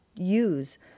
Use